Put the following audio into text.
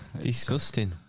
disgusting